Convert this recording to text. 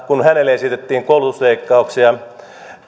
kun hänelle esitettiin koulutusleikkauksia